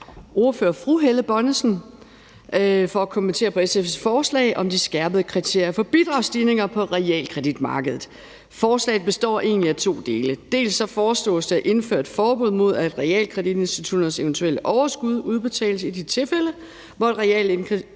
området, fru Helle Bonnesen, for at kommentere på SF's forslag om de skærpede kriterier for bidragsstigninger på realkreditmarkedet. Forslaget består egentlig af to dele. Dels foreslås det at indføre et forbud mod, at realkreditinstitutternes eventuelle overskud udbetales i de tilfælde, hvor et realkreditinstitut